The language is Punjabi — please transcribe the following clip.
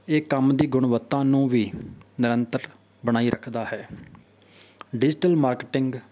ਇਹ ਕੰਮ ਦੀ ਗੁਣਵੱਤਾ ਨੂੰ ਵੀ ਨਿਰੰਤਰ ਬਣਾਈ ਰੱਖਦਾ ਹੈ ਡਿਜੀਟਲ ਮਾਰਕੀਟਿੰਗ